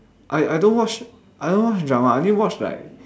I I don't watch I don't watch drama I only watch like